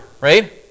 right